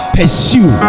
pursue